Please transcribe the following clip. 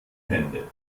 hände